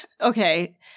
Okay